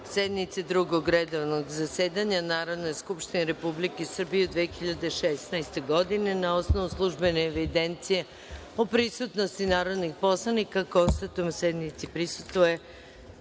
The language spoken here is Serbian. sednice Drugog redovnog zasedanja Narodne skupštine Republike Srbije u 2016. godini. Na osnovu službene evidencije o prisutnosti narodnih poslanika, konstatujem da sednici prisustvuje